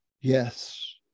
yes